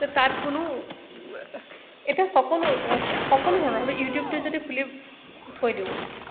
যে তাত কোনো এতিয়া সকলো সকলো ধৰণৰ আমি ইউটিউবটো যদি খুলি থৈ দিওঁ